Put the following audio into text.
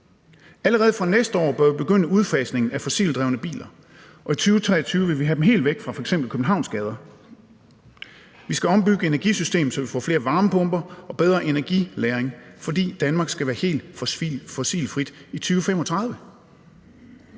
Allerede fra næste år bør vi begynde udfasningen af fossildrevne biler, og i 2020 vil vi have dem helt væk fra f.eks. Københavns gader. Vi skal ombygge energisystemet, så vi får flere varmepumper og bedre energilagring, fordi Danmark skal være helt fossilfrit i 2035.